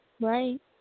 Right